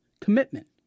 commitment